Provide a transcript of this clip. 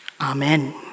Amen